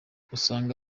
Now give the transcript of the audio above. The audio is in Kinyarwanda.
usanga